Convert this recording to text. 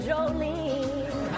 Jolene